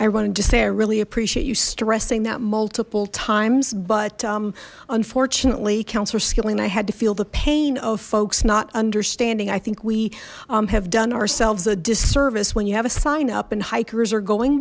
i wanted to say i really appreciate you stressing that multiple times but unfortunately councillor skilling i had to feel the pain of folks not understanding i think we have done ourselves a disservice when you have a sign up and hikers are going